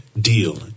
deal